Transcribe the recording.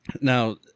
now